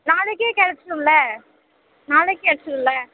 நாளைக்கே கிடச்சிரும்ல்ல நாளைக்கு கிடச்சிரும்ல்ல